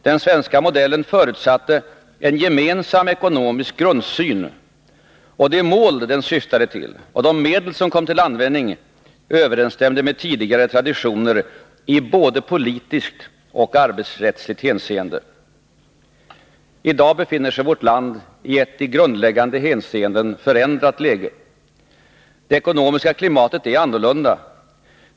Den svenska modellen förutsatte en gemensam ekonomisk grundsyn, och de mål den syftade till och de medel som kom till användning överensstämde med tidigare traditioner i både politiskt och arbetsrättsligt hänseende. I dag befinner sig vårt land i ett i grundläggande hänseenden förändrat läge. Det ekonomiska klimatet är annorlunda.